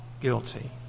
guilty